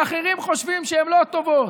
ואחרים חושבים שהן לא טובות,